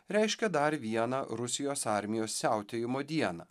reiškia dar vieną rusijos armijos siautėjimo dieną